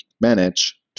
manage